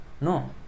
No